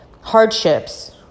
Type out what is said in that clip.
hardships